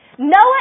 Noah